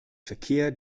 verkehr